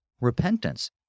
repentance